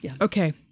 Okay